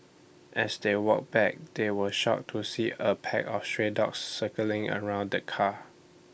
as they walked back they were shocked to see A pack of stray dogs circling around the car